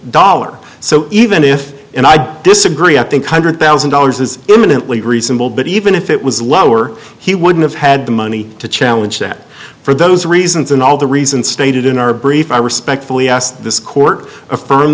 dollar so even if and i disagree i think hundred thousand dollars is imminently reasonable but even if it was lower he would have had the money to challenge that for those reasons and all the reasons stated in our brief i respectfully ask this court